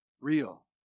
real